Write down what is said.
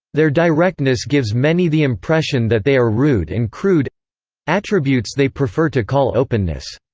their directness gives many the impression that they are rude and crude attributes they prefer to call openness.